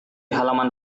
halaman